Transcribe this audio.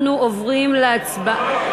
אנחנו עוברים להצבעה,